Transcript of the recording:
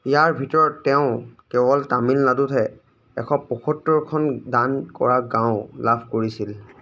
ইয়াৰ ভিতৰত তেওঁ কেৱল তামিলনাডুতহে এশ পয়সত্তৰখন দান কৰা গাঁও লাভ কৰিছিল